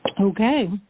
Okay